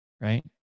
Right